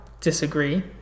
disagree